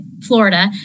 Florida